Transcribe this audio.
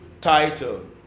title